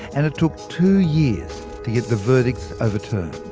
and it took two years to get the verdicts overturned.